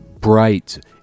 bright